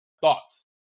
thoughts